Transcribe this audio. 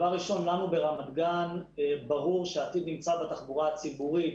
לנו ברמת גן ברור שהעתיד נמצא בתחבורה הציבורית,